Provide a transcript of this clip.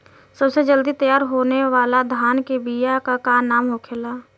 सबसे जल्दी तैयार होने वाला धान के बिया का का नाम होखेला?